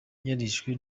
yarishwe